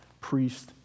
priest